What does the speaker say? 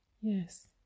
Yes